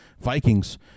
vikings